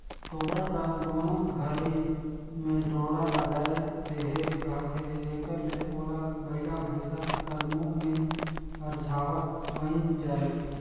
तोबरा कर दुनो घरी मे डोरा लगाए देहे रहथे जेकर ले ओला बइला भइसा कर मुंह मे अरझावत बइन जाए